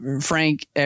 Frank